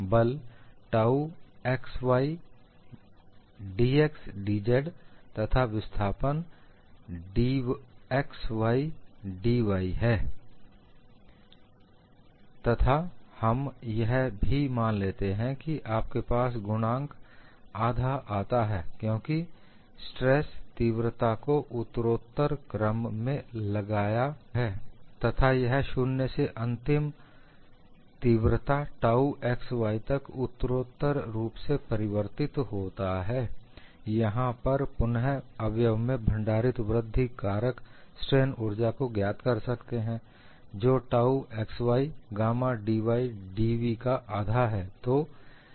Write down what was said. बल tau x y dx dz तथा विस्थापन गामा xy dy है तथा हम यह भी मान लेते हैं कि आपके पास गुणक ½ आता है क्योंकि स्ट्रेस तीव्रता को उत्तरोत्तर बढते क्रम में लगाया गया है तथा यह 0 से अंतिम तीव्रता टाउ x y तक उत्तरोत्तर रूप से परिवर्तित होता है यहां पर पुन अवयव में भंडारित वृद्धिकारक स्ट्रेन ऊर्जा को ज्ञात कर सकते हैं जो tau xy gamma xy dV का 12 है